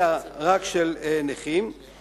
אלא רק של נכים,